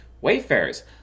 Wayfarers